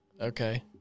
Okay